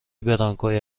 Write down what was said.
برانکوی